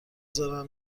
زارن